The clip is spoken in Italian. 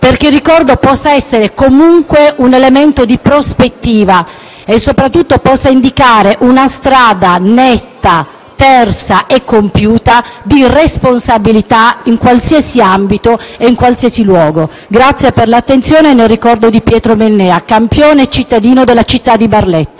perché esso possa essere comunque un elemento di prospettiva e, soprattutto, possa indicare una strada netta, tersa e compiuta di responsabilità in qualsiasi ambito e in qualsiasi luogo. Vi ringrazio per l'attenzione nel ricordo di Pietro Mennea, campione e cittadino della città di Barletta.